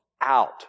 out